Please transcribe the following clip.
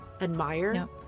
admire